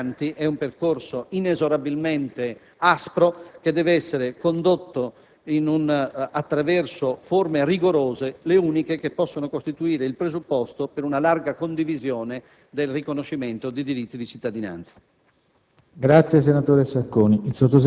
il Paese d'accoglienza e i migranti è un percorso inesorabilmente aspro che deve essere condotto attraverso forme rigorose, le uniche che possono costituire il presupposto per una larga condivisione del riconoscimento di diritti di cittadinanza.